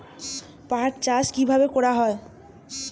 পাট চাষ কীভাবে করা হয়?